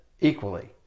equally